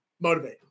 motivate